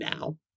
now